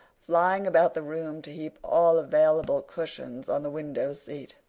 flying about the room to heap all available cushions on the window seat,